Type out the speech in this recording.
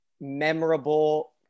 memorable